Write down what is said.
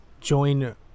Join